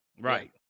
Right